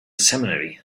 seminary